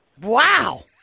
Wow